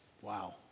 Wow